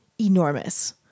enormous